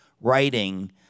writing